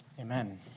Amen